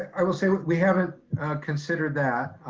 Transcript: i will say we haven't considered that.